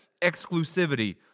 exclusivity